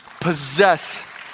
possess